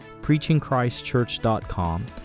preachingchristchurch.com